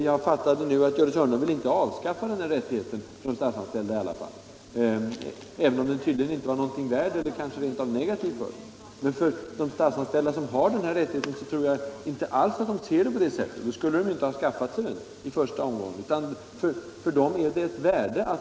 Jag förstod nu att Gördis Hörnlund i alla fall inte vill avskaffa den rätten för de statsanställda, även om hon tydligen anser att den inte är något värd, eller kanske rent av negativ för dem. De statsanställda som har den här rätten tror jag inte alls ser det så. Då skulle de inte ha skaffat sig den i första omgången.